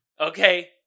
Okay